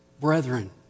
brethren